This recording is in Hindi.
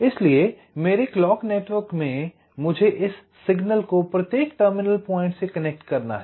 इसलिए मेरे क्लॉक नेटवर्क में मुझे इस सिग्नल को प्रत्येक टर्मिनल पॉइंट से कनेक्ट करना है